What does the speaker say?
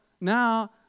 now